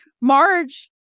Marge